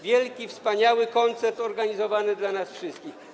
Wielki, wspaniały koncert organizowany dla nas wszystkich.